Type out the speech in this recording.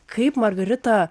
kaip margarita